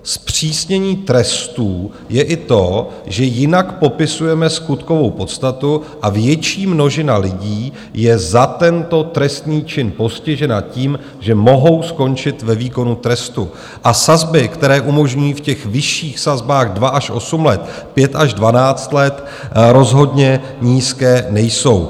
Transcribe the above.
Zpřísnění trestů je i to, že jinak popisujeme skutkovou podstatu, a větší množina lidí je za tento trestný čin postižena tím, že mohou skončit ve výkonu trestu, a sazby, které umožňují v těch vyšších sazbách 2 až 8 let, 5 až 12 let, rozhodně nízké nejsou.